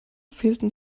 fehlten